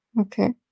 Okay